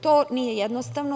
To nije jednostavno.